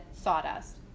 sawdust